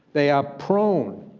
they are prone,